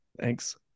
Thanks